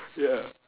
ya